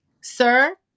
Sir